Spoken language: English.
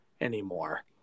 anymore